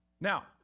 Now